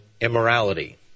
immorality